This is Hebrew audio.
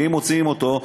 ואם מוציאים אותו,